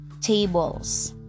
tables